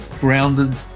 grounded